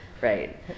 Right